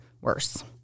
worse